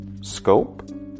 Scope